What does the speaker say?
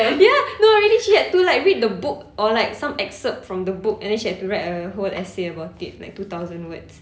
ya no really she had to like read the book or like some excerpt from the book and then she had to write a whole essay about it like two thousand words